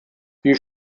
die